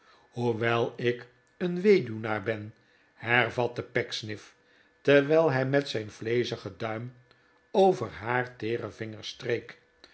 hoewel ik een weduwnaar ben hervatte pecksniff terwijl hij met zijn vleezigen duim over haar teere vingers streek